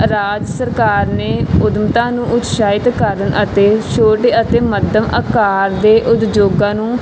ਰਾਜ ਸਰਕਾਰ ਨੇ ਉੱਦਮਤਾ ਨੂੰ ਉਤਸ਼ਾਹਿਤ ਕਰਨ ਅਤੇ ਛੋਟੇ ਅਤੇ ਮੱਧਮ ਆਕਾਰ ਦੇ ਉਦਯੋਗਾਂ ਨੂੰ